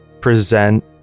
present